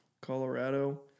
Colorado